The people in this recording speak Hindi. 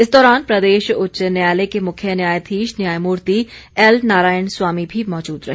इस दौरान प्रदेश उच्च न्यायालय के मुख्य न्यायाधीश न्यायमूर्ति एल नारायण स्वामी भी मौजूद रहे